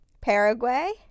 Paraguay